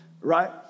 right